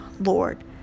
Lord